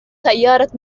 سيارة